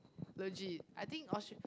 legit I think Austra~